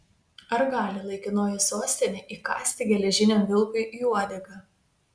ar gali laikinoji sostinė įkąsti geležiniam vilkui į uodegą